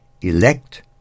elect